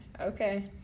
Okay